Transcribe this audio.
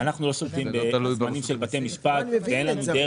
אנחנו לא שולטים בזמנים של בתי משפט ואין לנו דרך.